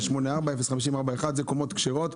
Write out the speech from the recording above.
05041 זה קומות כשרות.